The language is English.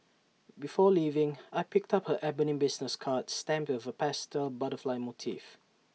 before leaving I picked up her ebony business card stamped with A pastel butterfly motif